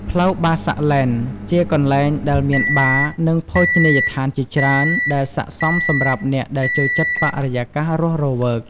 ផ្លូវ Bassac Lane ជាកន្លែងដែលមានបារ និងភោជនីយដ្ឋានជាច្រើន ដែលស័ក្តិសមសម្រាប់អ្នកដែលចូលចិត្តបរិយាកាសរស់រវើក។